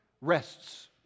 rests